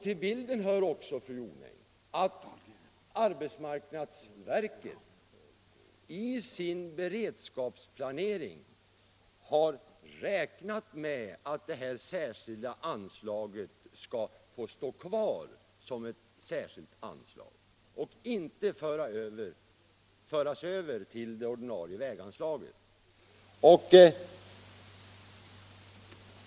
Till bilden hör också, fru Jonäng, att arbetsmarknadsverket i sin beredskapsplanering har räknat med att det särskilda anslaget skall få stå kvar som ett särskilt anslag och inte skall föras över till det ordinarie väganslaget.